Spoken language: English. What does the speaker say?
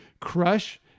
Crush